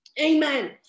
Amen